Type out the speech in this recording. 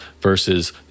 versus